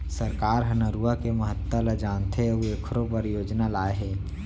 सरकार ह नरूवा के महता ल जानथे अउ एखरो बर योजना लाए हे